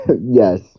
yes